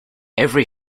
every